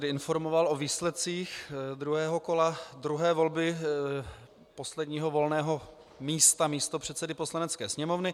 Já bych vás informoval o výsledcích druhého kola druhé volby posledního volného místa místopředsedy Poslanecké sněmovny.